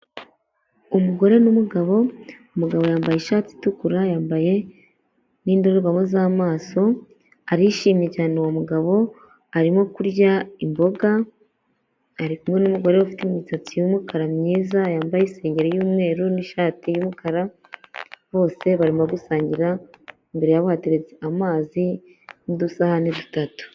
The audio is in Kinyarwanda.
Umugore n'umugabo umugabo yambaye ishati itukura, yambaye n'indorerwamo z'amaso arishimye cyane uwo mugabo, arimo kurya imboga ari kumwe n'umugore ufite imisatsi y'umukara myiza, yambaye isengeri y'umweru n'ishati y'umukara, bose barimo gusangira, imbere hateretse amazi n'udusahani dutatu.